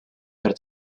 per